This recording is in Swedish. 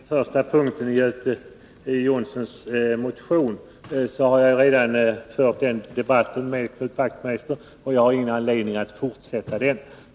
Herr talman! Om den första punkten i Göte Jonssons motion har jag redan fört en debatt med Knut Wachtmeister, och jag har ingen anledning att fortsätta den.